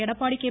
Edappadi K